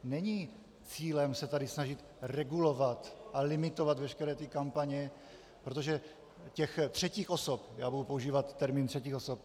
Není cílem se tady snažit regulovat a limitovat veškeré kampaně, protože těch třetích osob já budu používat termín třetích osob...